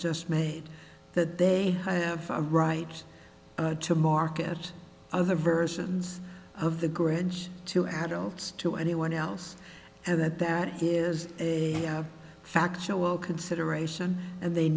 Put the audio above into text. just made that they have a right to market other versions of the grids to adults to anyone else and that that is a factual consideration and they